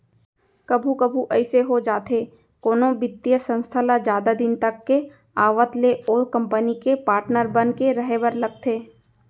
कभू कभू अइसे हो जाथे कोनो बित्तीय संस्था ल जादा दिन तक के आवत ले ओ कंपनी के पाटनर बन के रहें बर लगथे